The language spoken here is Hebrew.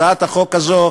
הצעת החוק הזו,